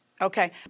Okay